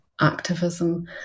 activism